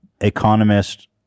economist